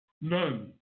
none